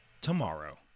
tomorrow